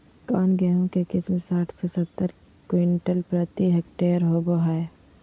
कौन गेंहू के किस्म साठ से सत्तर क्विंटल प्रति हेक्टेयर होबो हाय?